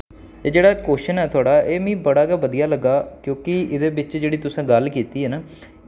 एह् जेह्ड़ा कवेच्शन ऐ थुआढ़ा एह् मिगी बड़ा गै बधिया लग्गा क्योंकि एह्दे बिच्च जेह्ड़ी तुसें गल्ल कीती ऐ ना